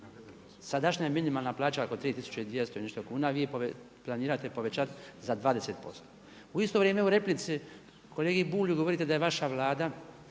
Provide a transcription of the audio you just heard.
sadašnja minimalna plaća je oko 3 tisuće i 200 i nešto kuna a vi je planirate povećati za 20%. U isto vrijeme u replici kolegi Bulju govorite da je vaša Vlada